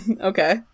Okay